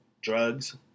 drugs